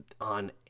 on